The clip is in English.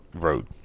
Road